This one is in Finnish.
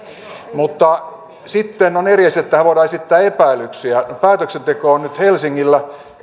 mutta sitten on eri asia että tätä kohtaan voidaan esittää epäilyksiä päätöksenteko on nyt helsingillä